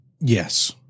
Yes